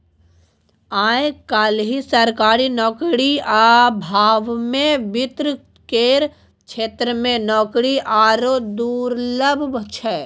आय काल्हि सरकारी नौकरीक अभावमे वित्त केर क्षेत्रमे नौकरी आरो दुर्लभ छै